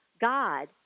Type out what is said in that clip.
God